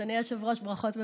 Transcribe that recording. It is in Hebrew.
אדוני היושב-ראש, ברכות ובהצלחה.